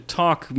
talk